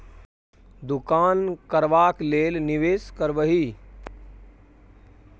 दोकान करबाक लेल निवेश करबिही